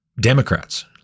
Democrats